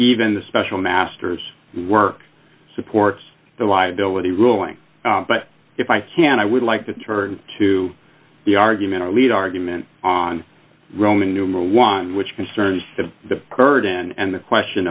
even the special masters work supports the liability ruling but if i can i would like to turn to the argument lead argument on roman numeral one which concerns to the kurds and the question